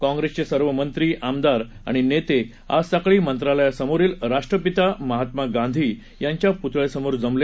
काँग्रेसचे सर्व मंत्री आमदार आणि नेते आज सकाळी मंत्रालयासमोरील राष्ट्रपिता महात्मा गांधी यांच्या पुतळ्यासमोर जमला